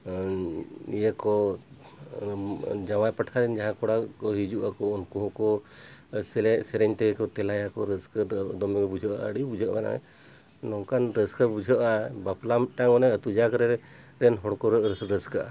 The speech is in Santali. ᱤᱭᱟᱹ ᱠᱚ ᱡᱟᱶᱟᱭ ᱯᱟᱦᱴᱟᱨᱮᱱ ᱡᱟᱦᱟᱸ ᱠᱚᱲᱟ ᱠᱚ ᱦᱤᱡᱩᱜ ᱟᱠᱚ ᱩᱱᱠᱩ ᱦᱚᱸᱠᱚ ᱥᱮᱨᱮᱧ ᱛᱮᱜᱮ ᱠᱚ ᱛᱮᱞᱟᱭᱟᱠᱚ ᱨᱟᱹᱥᱠᱟᱹ ᱫᱚ ᱫᱚᱢᱮ ᱵᱩᱡᱷᱟᱹᱜᱼᱟ ᱟᱹᱰᱤ ᱵᱩᱡᱷᱟᱹᱜᱼᱟ ᱱᱚᱝᱠᱟᱱ ᱨᱟᱹᱥᱠᱟᱹ ᱵᱩᱡᱷᱟᱹᱜᱼᱟ ᱵᱟᱯᱞᱟ ᱢᱤᱫᱴᱟᱝ ᱢᱟᱱᱮ ᱟᱛ ᱡᱟᱜᱨᱮᱱ ᱦᱚᱲ ᱠᱚ ᱨᱟᱹᱥᱠᱟᱹᱜᱼᱟ